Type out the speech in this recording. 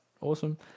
awesome